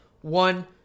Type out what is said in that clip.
One